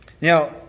Now